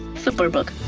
superbook.